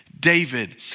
David